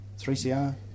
3CR